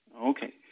Okay